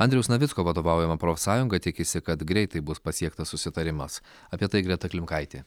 andriaus navicko vadovaujama profsąjunga tikisi kad greitai bus pasiektas susitarimas apie tai greta klimkaitė